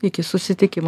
iki susitikimo